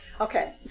okay